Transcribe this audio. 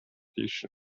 fission